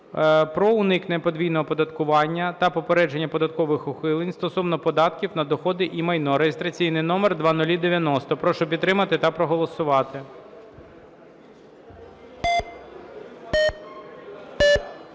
про уникнення подвійного оподаткування та попередження податкових ухилень стосовно податків на доходи і майно (реєстраційний номер 0090). Прошу підтримати та проголосувати. 11:51:23